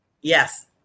Yes